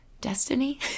destiny